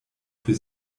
für